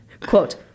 Quote